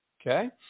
Okay